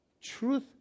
Truth